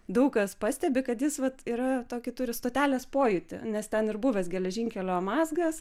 daug kas pastebi kad jis vat yra tokį turi stotelės pojūtį nes ten ir buvęs geležinkelio mazgas